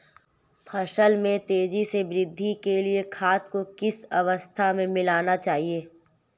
फसल में तेज़ी से वृद्धि के लिए खाद को किस अवस्था में मिलाना चाहिए?